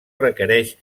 requereix